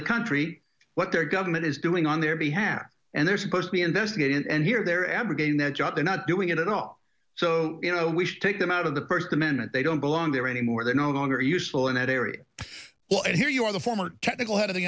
the country what their government is doing on their behalf and they're supposed to be investigated and here they're abrogating they're just they're not doing it at all so you know we should take them out of the first amendment they don't belong there anymore they're no longer useful in that area and here you are the former technical h